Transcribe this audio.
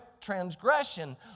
transgression